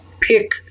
pick